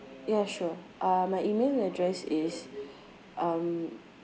ya sure uh my email address is um